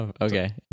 okay